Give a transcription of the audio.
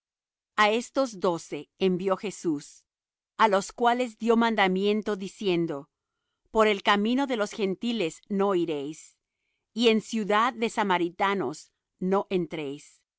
á estos doce envió jesús á los cuales dió mandamiento diciendo por el camino de los gentiles no iréis y en ciudad de samaritanos no entréis